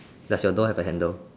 does your door have a handle